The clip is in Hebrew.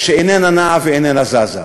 שאיננה נעה ואיננה זזה,